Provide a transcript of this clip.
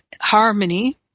harmony